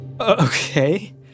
Okay